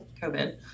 COVID